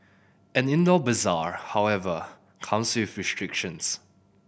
an indoor bazaar however comes with restrictions